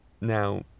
Now